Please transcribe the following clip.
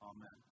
Amen